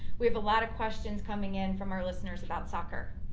we have a lot of questions coming in, from our listeners about soccer.